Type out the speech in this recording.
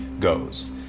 goes